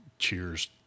cheers